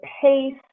pace